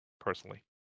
personally